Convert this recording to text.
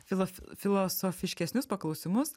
filof filosofiškesnius paklausimus